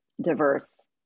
diverse